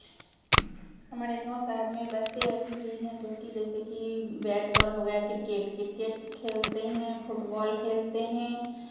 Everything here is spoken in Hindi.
हमारे गाँव शहर में बच्चे अभी भी हैं जोकि जैसे कि बैट बॉल हो गया क्रिकेट क्रिकेट खेलते हैं फुटबॉल खेलते हैं